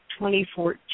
2014